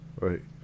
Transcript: right